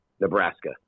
Nebraska